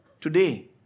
today